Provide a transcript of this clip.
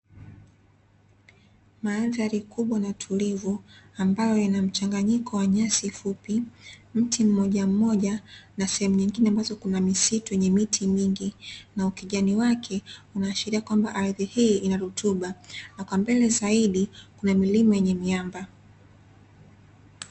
Mandhari kubwa na tulivu ambayo ina mchanganyiko wa nyasi fupi, mti mmoja mmoja na sehemu nyingine ambazo kuna misitu yenye miti mingi na ukijani wake unaashiria kwamba ardhi hii ina rutuba na kwa mbele zaidi kuna milima yenye miamba.